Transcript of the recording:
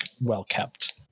well-kept